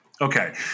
Okay